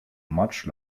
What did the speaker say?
much